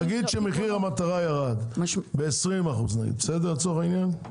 נגיד שמחיר המטרה ירד ב-20% לצורך העניין,